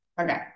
Okay